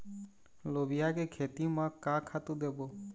लोबिया के खेती म का खातू देबो?